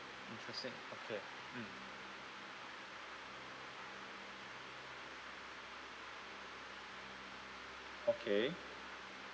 interesting okay mm okay